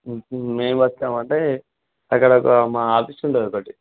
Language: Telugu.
మెయిన్ బస్ స్టాప్ అంటే అక్కడ ఒక మా ఆఫీస్ ఉంటుంది ఒకటి